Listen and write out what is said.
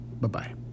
Bye-bye